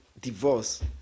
Divorce